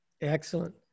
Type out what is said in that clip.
Excellent